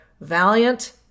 Valiant